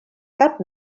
cap